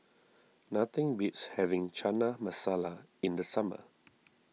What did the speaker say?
nothing beats having Chana Masala in the summer